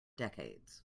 decades